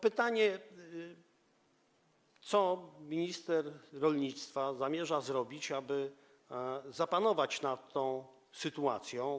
Pytanie, co minister rolnictwa zamierza zrobić, aby zapanować nad tą sytuacją.